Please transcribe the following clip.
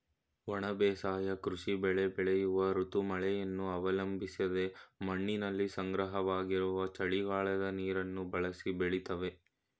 ಒಣ ಬೇಸಾಯ ಕೃಷಿ ಬೆಳೆ ಬೆಳೆಯುವ ಋತು ಮಳೆಯನ್ನು ಅವಲಂಬಿಸದೆ ಮಣ್ಣಿನಲ್ಲಿ ಸಂಗ್ರಹವಾಗಿರುವ ಚಳಿಗಾಲದ ನೀರನ್ನು ಬಳಸಿ ಬೆಳಿತವೆ